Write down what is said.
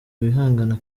wihangana